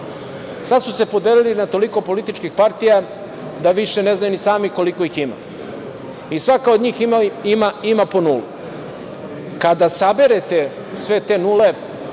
Sada su se podelili na toliko političkih partija da više ne znaju ni sami koliko ih ima i svaka od njih ima po nulu. Kada saberete sve te nule